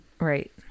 right